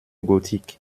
gothique